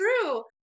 true